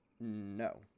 no